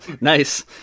nice